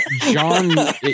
John